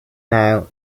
now